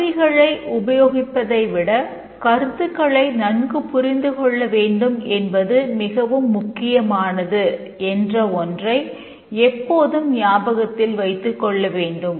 கருவிகளை உபயோகிப்பதை விட கருத்துக்களை நன்கு புரிந்து கொள்ள வேண்டும் என்பது மிகவும் முக்கியமானது என்ற ஒன்றை எப்போதும் ஞாபகத்தில் வைத்துக் கொள்ளவேண்டும்